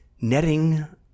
netting